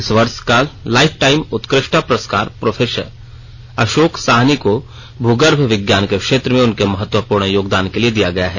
इस वर्ष का लाइफ टाइम उत्कृष्टता पुरस्कार प्रोफेसर अशोक साहनी को भूगर्भ विज्ञान के क्षेत्र में उनके महत्वपूर्ण योगदान के लिए दिया गया है